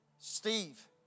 Steve